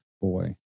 boy